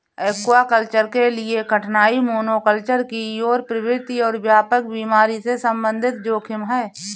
aquaculture के लिए कठिनाई मोनोकल्चर की ओर प्रवृत्ति और व्यापक बीमारी के संबंधित जोखिम है